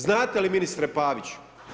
Znate li, ministre Pavić?